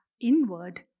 inward